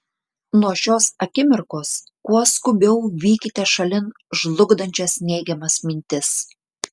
nuo šios akimirkos kuo skubiau vykite šalin žlugdančias neigiamas mintis